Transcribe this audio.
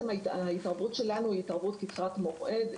ההתערבות שלנו היא התערבות קצרת מועד,